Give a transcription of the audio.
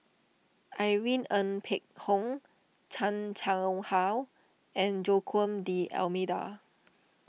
Irene Ng Phek Hoong Chan Chang How and Joaquim D'Almeida